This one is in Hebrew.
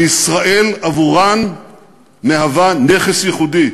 וישראל מהווה עבורן נכס ייחודי.